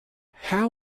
how